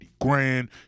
grand